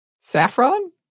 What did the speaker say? saffron